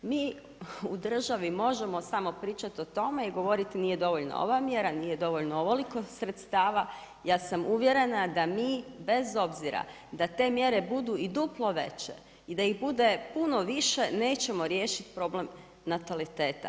Mi u državi možemo samo pričati o tome i govoriti nije dovoljna ova mjera, nije dovoljno ovoliko sredstava, ja sam uvjerena da mi bez obzira da te mjere budu i duplo veće i da ih bude puno više nećemo riješiti problem nataliteta.